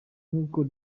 nk’uko